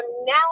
now